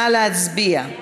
נא להצביע.